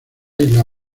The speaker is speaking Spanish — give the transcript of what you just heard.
isla